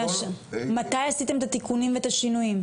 מתי עשיתם את התיקונים ואת השינויים?